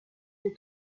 you